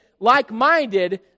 like-minded